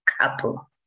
couple